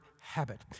habit